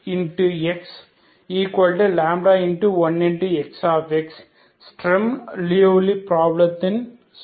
X Sturm Liouville ப்ராப்ளத்தின் solution